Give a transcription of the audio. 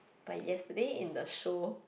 but yesterday in the show